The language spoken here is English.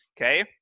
Okay